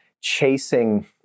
chasing